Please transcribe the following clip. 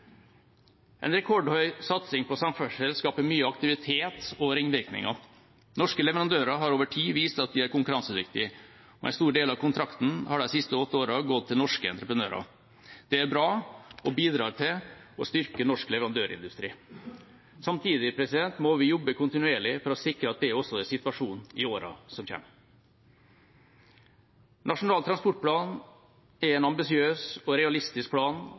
En rekordhøy satsing på samferdsel skaper mye aktivitet og ringvirkninger. Norske leverandører har over tid vist at de er konkurransedyktige, og en stor del av kontraktene har de siste åtte årene gått til norske entreprenører. Det er bra og bidrar til å styrke norsk leverandørindustri. Samtidig må vi jobbe kontinuerlig for å sikre at det også er situasjonen i årene som kommer. Nasjonal transportplan er en ambisiøs og realistisk plan